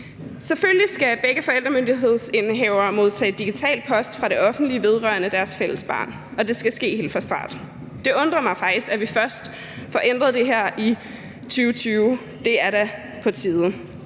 Selvfølgelig skal begge forældremyndighedsindehavere modtage digital post fra det offentlige vedrørende deres fælles barn, og det skal ske helt fra start. Det undrer mig faktisk, at vi først får ændret det her i 2020. Det er da på tide.